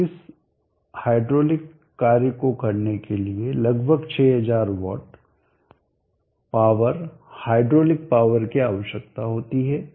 तो इस हाइड्रोलिक कार्य को करने के लिए लगभग 6000 वाट पावर हाइड्रोलिक पावर की आवश्यकता होती है